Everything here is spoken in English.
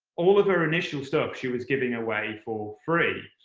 all of her initial stuff, she was giving away for free.